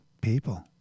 people